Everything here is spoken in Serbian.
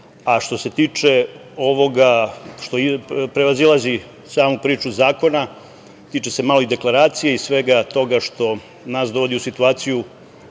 se tiče ovoga što prevazilazi samu priču zakona, tiče se malo i deklaracije i svega toga što nas dovodi u situaciju